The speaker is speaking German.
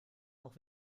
auch